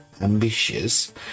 ambitious